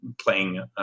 playing